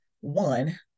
one